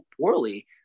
poorly